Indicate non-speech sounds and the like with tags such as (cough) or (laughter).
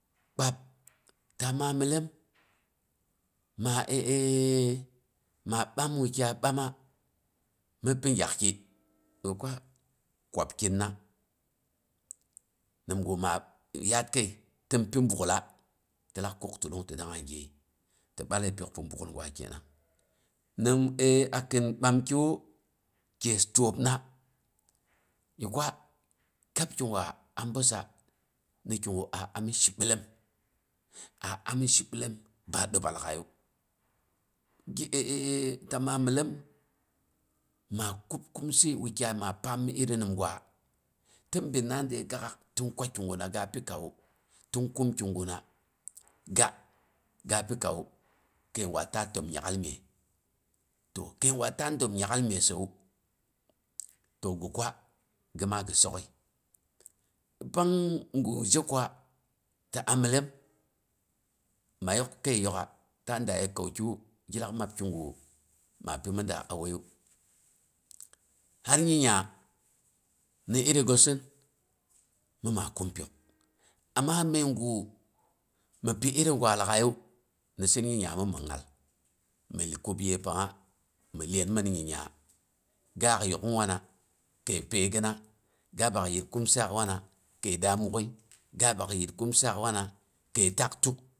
Kpad ta ma millom, ma (hesitation) maa ɓam wakyai, ɓama mi pi gyakki, gi kwa kwabkinna, ningu maa yaar kəi tinpi ɓuk'ula, ti lak kuk tulung ti dangnga gyeyei, ti balle pyoa pi ɓak'ul gwa kenang. Nim (hesitation) akin bamkiwu, kyess təobna, gi kwa kab kigna am bəssa, ni kiga a ami shibilom a ami shibilom ba dəba lag'ai ge (hesitation) ta ma millom ma kub kumsi wukyai maa paam mi iri ningwal ti binna de gak'aak ti kum ki guna ga pikawu, ti pi ki ga ga pikawu, to kəigwa ta təm nyak'al myes, kəigwa ta dəm nyak; al myes səiwu, to gi kwa gima gi sok'əi. Pang gu zhe kwa, ta a millom maa you kəi yok'a ta daa ye kauk'wu gi laa mab kigu ma pimida a waigu, kar nyingnya, ni irigosin mi maa kum pyok, amma məigu mi pi iri gwa lag'aigu ni sim nyingnya ni mi ngal, mi kab yepangnga mi lyen min nyingnya. Gaak yok'ung wana kəi pyəigina, ga bak yit kumsaak wana kəi daa mok'əi ga bak yit kumsaak wana, kəi tak tuk